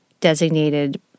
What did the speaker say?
designated